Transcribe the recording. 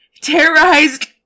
terrorized